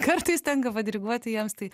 kartais tenka padiriguoti jiems tai